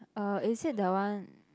uh is it the one